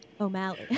o'malley